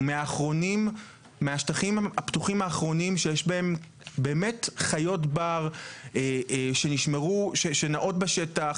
הוא מהשטחים הפתוחים האחרונים שיש בהם באמת חיות בר שנעות בשטח.